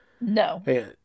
No